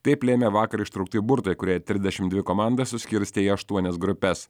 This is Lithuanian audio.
taip lėmė vakar ištraukti burtai kurie trisdešimt dvi komandas suskirstė į aštuonias grupes